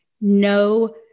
no